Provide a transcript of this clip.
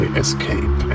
escape